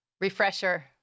refresher